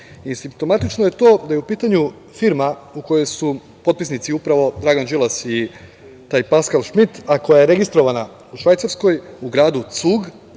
Simptomatično je i to da je u pitanju firma u kojoj su potpisnici upravo Dragan Đilas i taj Paskal Šmit, a koja je registrovana u Švajcarskoj, u gradu Cug